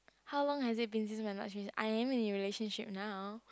how long has it been since my last res~ I am in a relationship now